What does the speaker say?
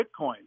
Bitcoin